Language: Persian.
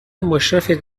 مشرفید